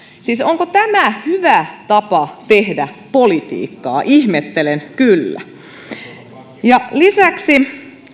siis onko tämä hyvä tapa tehdä politiikkaa ihmettelen kyllä lisäksi